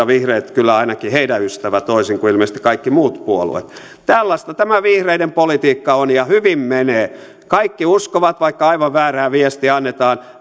vihreät kyllä ainakin heidän ystävänsä toisin kuin ilmeisesti kaikki muut puolueet tällaista tämä vihreiden politiikka on ja hyvin menee kaikki uskovat vaikka aivan väärää viestiä annetaan